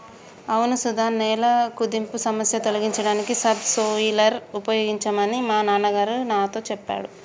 అవును సుధ నేల కుదింపు సమస్య తొలగించడానికి సబ్ సోయిలర్ ఉపయోగించమని మా నాన్న గారు నాతో సెప్పారు